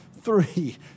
three